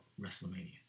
WrestleMania